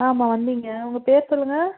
ஆமாம் வந்திங்க உங்கள் பேர் சொல்லுங்கள்